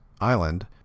Island